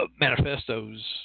manifestos